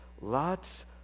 lots